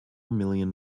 million